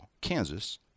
Kansas